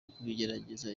kubigerageza